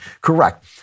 correct